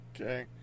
Okay